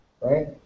right